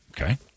Okay